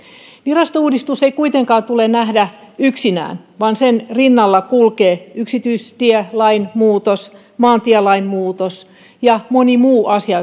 virastouudistusta ei kuitenkaan tule nähdä yksinään vaan sen rinnalla kulkee yksityistielain muutos maantielain muutos ja moni muu asia